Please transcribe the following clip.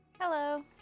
Hello